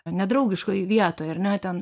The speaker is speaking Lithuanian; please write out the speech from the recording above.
nedraugiškoj vietoj ar ne ten